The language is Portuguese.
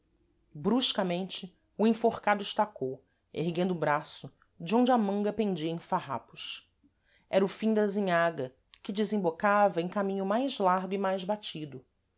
bruscamente o enforcado estacou erguendo o braço de onde a manga pendia em farrapos era o fim da azinhaga que desembocava em caminho mais largo e mais batido